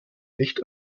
nicht